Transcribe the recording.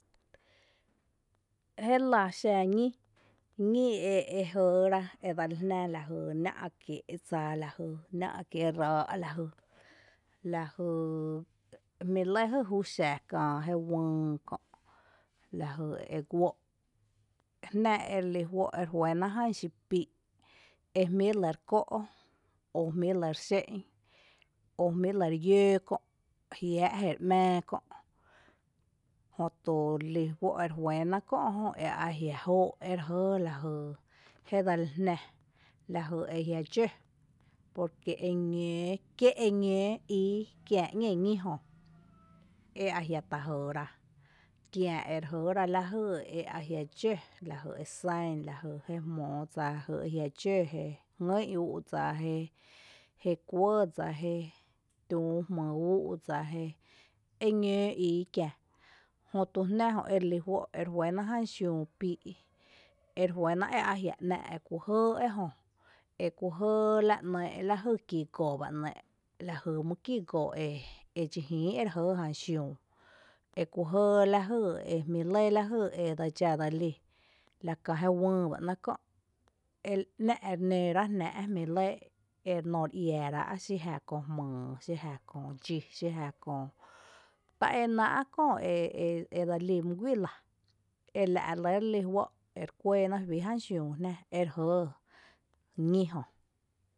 Jélⱥ xañí, ñí e ñí edseli jnⱥ e jɇɇrá lajy nⱥ’ kiee’dsa, nⱥ’ raa’ lajy, lajy jmíi’ lɇ lajy júuxa kää jé uïï kö’ lajy e guoo’, jnⱥ ejmíi’ re lɇ re juɇ ná jan xii’ pii’ e jmíi’ re lɇ re kó’ o jmíi’ re lɇ re xé’n o jmíi’ re lɇ re yǿǿ kö’, jiⱥⱥ’ jéri ‘mⱥⱥ kö’ jötu re lí juó’ eri juɇɇná kö’ jö e a jiⱥ’ joo’ ere jɇɇ lajy eajia’ dxǿ, porque eñǿǿ kí eñǿǿ íi kia ´ñée ñí jö ea jia’ ta jɇɇra, kiä ere jɇɇra lajy ea jia’ dxǿ lajy exan, jé jmóo dsa e ea jia’ dxǿ, jé jngýn kú’n dsa, jé kuɇ dsa, jé tüu jmý ú’ dsa jé, e ñǿǿ íi kiä, jötu jná jö erelí juó’ eri juɇná jan xiüü pii’ ere juɇná, eajia’ nⱥ’´ekú jɇɇ ejö, ekú jɇɇ la ‘nɇɇ’ jy kígo bá ‘nɇɇ’, jy kígo edxi ín ere jɇɇ jan xiüü eku jɇɇ lajy e jmíi’ lɇ lajy edse dxá dse lí la kää jé uyy bá ‘nɇɇ’ ko’, ‘ná’ ere nǿǿ ra’ jnⱥⱥ’, e jmí’ lɇ ery noo re iaará’, xí jⱥ köö jmyy, xí jⱥ köö dxi, jä köö, tá e náa’ köö edse lí mý guii lⱥ, ela’ re lɇ re li ere kuɇɇ ná juí ján xiüü jná, ere jɇɇ ñijö.